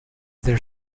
their